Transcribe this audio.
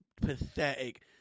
pathetic